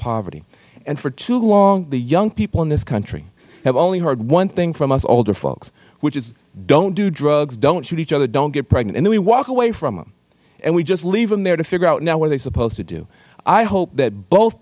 poverty and for too long the young people in this country have only heard one thing from us older folks which is don't do drugs don't shoot each other don't get pregnant and then we walk away from them and we just leave them there to figure out now what are they supposed to do i hope that both